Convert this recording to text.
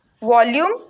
volume